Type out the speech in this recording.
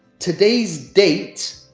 today's date,